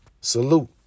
Salute